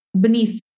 beneath